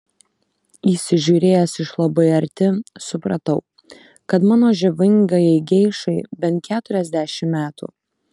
įsižiūrėjęs iš labai arti supratau kad mano žavingajai geišai bent keturiasdešimt metų